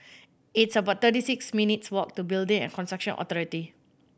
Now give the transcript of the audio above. it's about thirty six minutes' walk to Building and Construction Authority